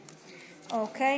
אוקיי.